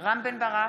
רם בן ברק,